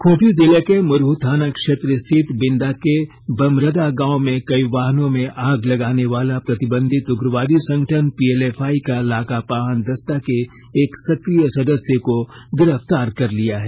खूंटी जिले के मुरहू थाना क्षेत्र स्थित बिन्दा के बमरदा गांव में कई वाहनों में आग लगाने वाला प्रतिबंधित उग्रवादी संगठन पीएलएफआई का लाका पाहन दस्ता के एक सक्रिय सदस्य को पुलिस ने गिरफ्तार कर लिया है